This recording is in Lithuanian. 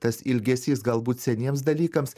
tas ilgesys galbūt seniems dalykams